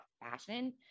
fashion